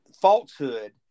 falsehood